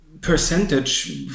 Percentage